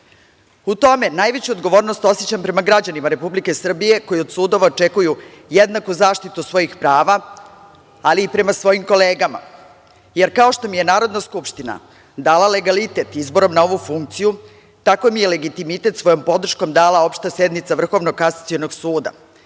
U tome najveću odgovornost osećam prema građanima Republike Srbije koji od sudova očekuju jednaku zaštitu svojih prava, ali i prema svojim kolegama, jer kao što mi je Narodna skupština dala legalitet izborom na ovu funkciju, tako mi je legitimitet svojom podrškom dala Opšta sednica Vrhovnog kasacionog suda,